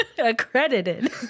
Accredited